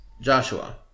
Joshua